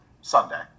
Sunday